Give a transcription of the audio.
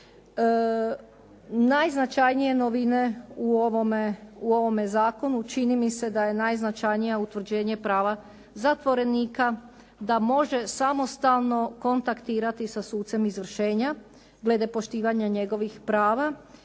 Najznačajnije novine u ovome zakonu, čini mi se da je najznačajnija utvrđenje prava zatvorenika da može samostalno kontaktirati sa sucem izvršenja glede poštivanja njegovih prava